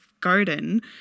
garden